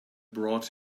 brought